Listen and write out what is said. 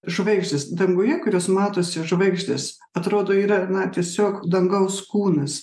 žvaigždės danguje kurios matosi žvaigždės atrodo yra na tiesiog dangaus kūnas